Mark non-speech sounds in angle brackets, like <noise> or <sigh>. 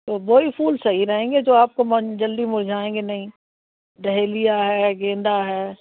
तो वो ही फूल सही रहेंगे जो आपको मन जल्दी मुरझाएँगे नहीं <unintelligible> है गेंदा है